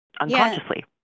unconsciously